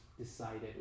decided